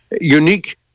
unique